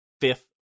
fifth